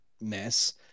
mess